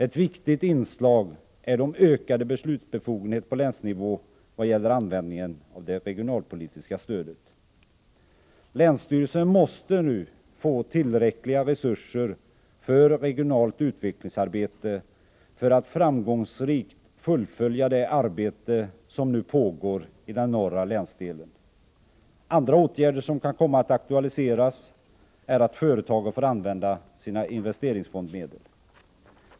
Ett viktigt inslag är de ökade beslutsbefogenheterna på Länsstyrelsen måste nu få tillräckliga resurser för regionalt utvecklingsarbete för att framgångsrikt kunna fullfölja det arbete som nu pågår i den norra länsdelen. Andra stödåtgärder som kan komma att aktualiseras är att företagen får använda sina investeringsfondsmedel.